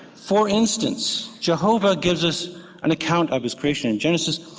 for instance jehovah gives us an account of his creation in genesis,